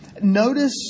Notice